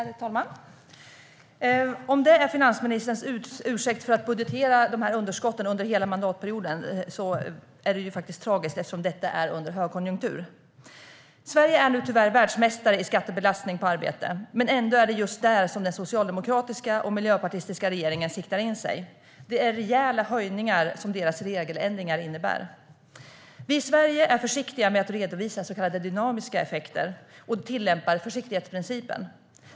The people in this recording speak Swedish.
Herr talman! Om detta är finansministerns ursäkt för att budgetera de här underskotten under hela mandatperioden är det faktiskt tragiskt, eftersom detta sker under högkonjunktur. Sverige är nu tyvärr världsmästare i skattebelastning på arbete, men ändå är det just detta den socialdemokratiska och miljöpartistiska regeringen siktar in sig på. Det är rejäla höjningar deras regeländringar innebär. Vi i Sverige är försiktiga med att redovisa så kallade dynamiska effekter och tillämpar försiktighetsprincipen.